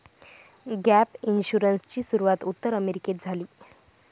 gap इन्शुरन्सची सुरूवात उत्तर अमेरिकेत झाली